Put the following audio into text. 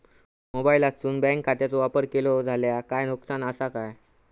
मोबाईलातसून बँक खात्याचो वापर केलो जाल्या काय नुकसान असा काय?